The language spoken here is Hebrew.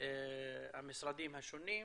המשרדים השונים,